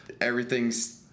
everything's